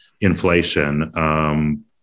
inflation